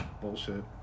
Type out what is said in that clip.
bullshit